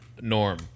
norm